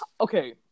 okay